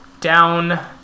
down